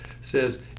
says